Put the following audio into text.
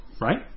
right